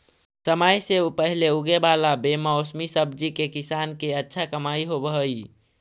समय से पहले उगे वाला बेमौसमी सब्जि से किसान के अच्छा कमाई होवऽ हइ